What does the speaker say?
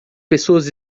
pessoas